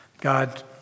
God